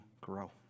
grow